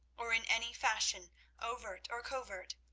or in any fashion overt or covert.